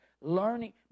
learning